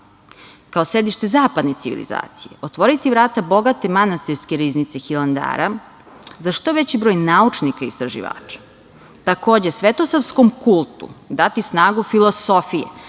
kao sedište zapadne civilizacije, otvoriti vrata bogate manastirske riznice Hilandara za što veći broj naučnika i istraživača. Takođe, Svetosavskom kultu dati snagu filosofije